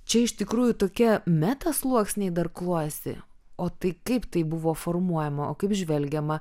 čia iš tikrųjų tokie metasluoksniai dar klojasi o tai kaip tai buvo formuojama o kaip žvelgiama